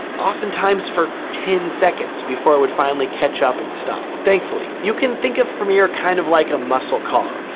oftentimes for ten seconds before it would finally catch up and stop. thankfully, you can think of premiere kind of like a muscle car,